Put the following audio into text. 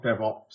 DevOps